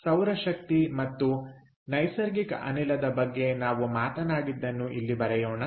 ಸೌರ ಶಕ್ತಿ ಮತ್ತು ನೈಸರ್ಗಿಕ ಅನಿಲದ ಬಗ್ಗೆ ನಾವು ಮಾತನಾಡಿದ್ದನ್ನು ಇಲ್ಲಿ ಬರೆಯೋಣ